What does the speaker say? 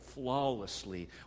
Flawlessly